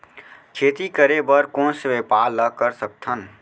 खेती करे बर कोन से व्यापार ला कर सकथन?